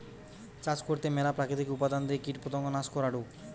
চাষ করতে ম্যালা প্রাকৃতিক উপাদান দিয়ে কীটপতঙ্গ নাশ করাঢু